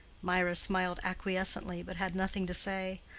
mirah smiled acquiescently, but had nothing to say.